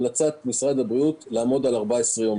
המלצת משרד הבריאות היא לעמוד על 14 יום,